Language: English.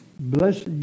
blessed